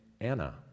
Anna